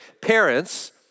Parents